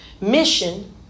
mission